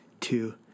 two